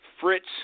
Fritz